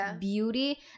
beauty